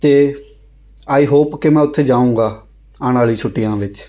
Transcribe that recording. ਅਤੇ I hope ਕਿ ਮੈਂ ਉੱਥੇ ਜਾਊਂਗਾ ਆਉਣ ਵਾਲੀ ਛੁੱਟੀਆਂ ਵਿੱਚ